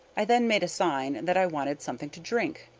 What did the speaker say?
i then made a sign that i wanted something to drink.